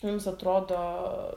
jums atrodo